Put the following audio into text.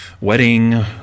wedding